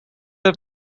have